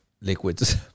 liquids